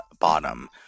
Bottom